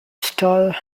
star